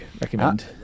recommend